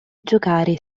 giocare